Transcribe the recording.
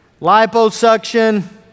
liposuction